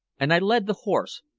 and i led the horse,